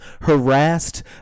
harassed